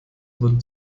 wurden